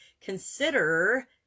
consider